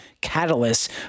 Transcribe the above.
catalyst